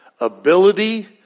Ability